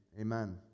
amen